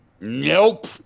Nope